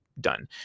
done